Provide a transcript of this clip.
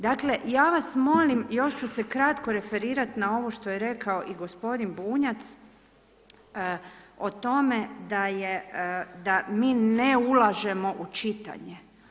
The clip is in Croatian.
Dakle, ja vas molim, još ću se kratko referirat na ovo što je rekao i gospodin Bunjac o tome da mi ne ulažemo u čitanje.